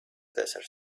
desert